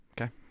okay